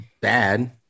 bad